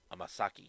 Amasaki